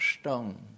stone